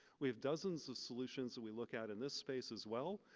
we have dozens of solutions that we look at in this space as well.